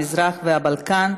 המזרח והבלקן,